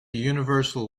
universal